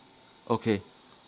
okay